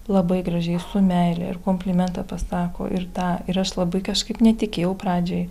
labai gražiai su meile ir komplimentą pasako ir tą ir aš labai kažkaip netikėjau pradžioj